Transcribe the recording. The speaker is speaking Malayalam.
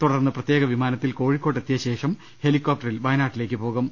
തുടർന്ന് പ്രത്യേക വിമാനത്തിൽ കോഴിക്കോട്ട് എത്തി യശേഷം ഹെലികോപ്ടറിൽ വയനാട്ടിലേക്ക് പോകും